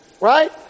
right